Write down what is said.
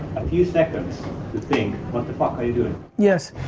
few seconds to think what the fuck are you doing? yes.